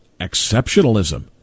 exceptionalism